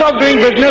ah greenwood